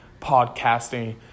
podcasting